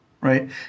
right